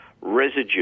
residue